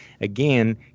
again